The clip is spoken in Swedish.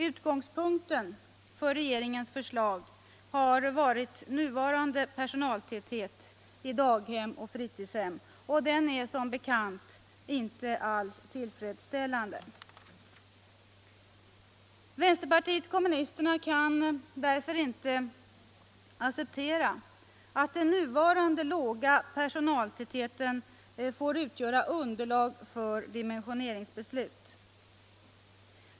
Utgångspunkten för regeringens förslag har varit nuvarande personaltäthet i daghem och fritidshem, och den är som bekant inte alls tillfredsställande. Vänsterpartiet kommunisterna kan därför inte acceptera att den nuvarande låga personaltätheten får utgöra underlag för dimensioneringsbeslut.